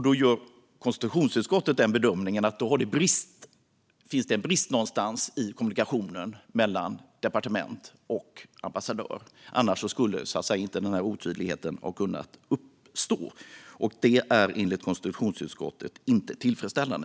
Då gör konstitutionsutskottet bedömningen att det finns en brist någonstans i kommunikationen mellan departement och ambassadör. Annars skulle inte denna otydlighet ha kunnat uppstå. Det är enligt konstitutionsutskottet inte tillfredsställande.